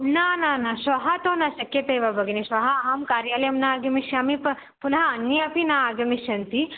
न न न श्वः तु न शक्यते वा भगिनि श्वः अहं कार्यालयं न आगमिष्यामि प पुनः अन्ये अपि न आगमिष्यन्ति